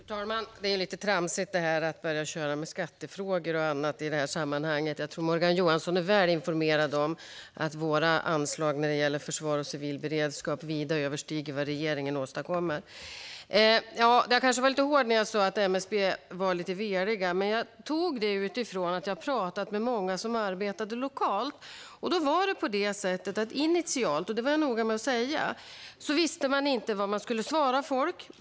Fru talman! Det är lite tramsigt att börja köra med skattefrågor och annat i det här sammanhanget. Jag tror att Morgan Johansson är väl informerad om att våra anslag till försvar och civil beredskap vida överstiger regeringens. Jag kanske var lite hård när jag sa att MSB var lite veliga. Men jag sa det utifrån att jag har talat med många som arbetade lokalt. Initialt, som jag var noga med att säga, visste man inte vad man skulle svara folk.